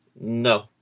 No